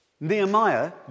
Nehemiah